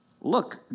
look